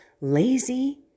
lazy